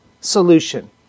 solution